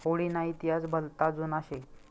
हुडी ना इतिहास भलता जुना शे